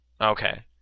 Okay